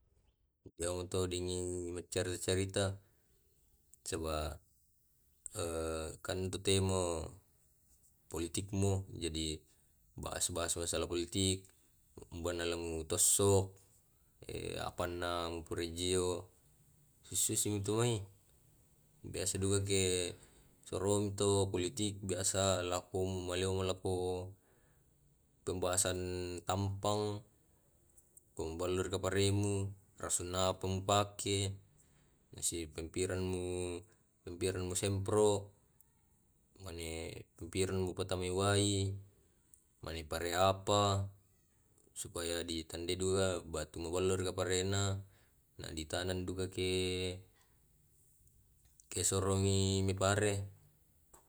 Dia meto dimai maccarita-carita saba kan tu timu politikmu, jadi bahas bahas masalah politik banalang mu tosso, apa na mupergio isu isu toi. Biasa duka ke sorongto politik biasa malappo dipembahasan tampang komballo rikaparemu. Rasona mupake sipipirennu mu pipirenmu sempro. Mane mu patamai wae, mane parre apa supaya ditande dua mabollomi riparena. Na di taneng dukake ke kososronami pare